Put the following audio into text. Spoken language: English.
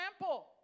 example